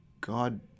God –